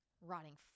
rotting